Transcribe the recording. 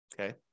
Okay